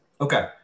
okay